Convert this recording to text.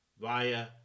Via